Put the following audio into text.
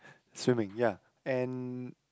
swimming ya and